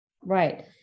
right